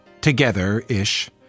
together-ish